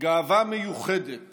גאווה מיוחדת